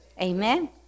Amen